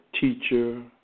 teacher